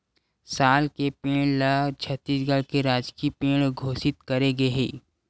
साल के पेड़ ल छत्तीसगढ़ के राजकीय पेड़ घोसित करे गे हे